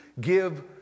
give